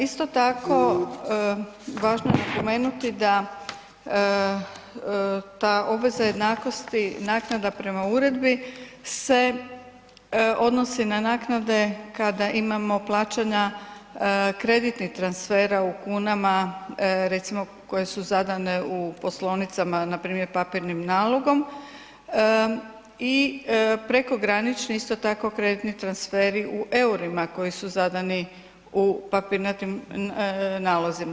Isto tako, važno je napomenuti da ta obveza jednakosti naknada prema uredbi se odnosi na naknade kada imamo plaćanja kreditnih transfera u kunama, recimo koje su zadane u poslovnicama npr. papirnim nalogom i prekogranični isto tako kreditni transferi u EUR-ima koji su zadani u papirnatim nalozima.